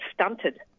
stunted